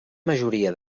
majoria